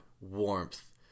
warmth